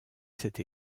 cette